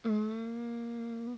mm